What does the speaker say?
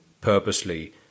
purposely